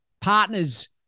partners